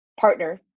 partner